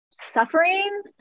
suffering